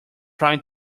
trying